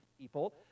people